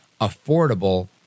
affordable